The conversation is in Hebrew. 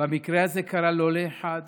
והמקרה הזה קרה לא לאחד